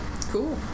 Cool